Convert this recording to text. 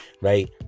right